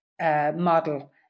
model